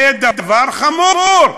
זה דבר חמור.